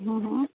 હં હં